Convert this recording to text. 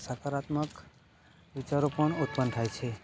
સકારાત્મક વિચારો પણ ઉત્પન્ન થાય છે